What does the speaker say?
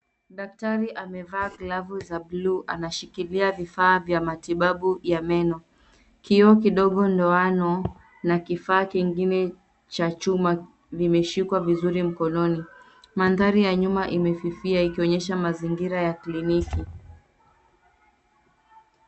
Daktari amevaa glavu za buluu anashikilia vifaa vya matibabu ya meno. Kioo kidogo, ndoano na kifaa kingine cha chuma vimeshikwa vizuri mkononi. Mandhari ya nyuma imefifia ikionyesha mazingira ya kliniki.